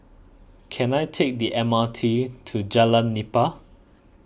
can I take the M R T to Jalan Nipah